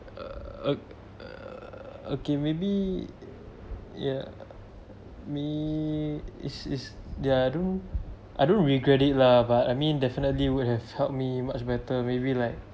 err up err err okay maybe ya me is is there are do I don't regret it lah but I mean definitely would have it's helped me much better maybe like